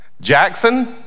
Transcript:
Jackson